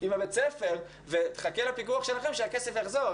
עם בית הספר ותחכה לפיקוח שלכם שהכסף יחזור.